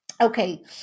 Okay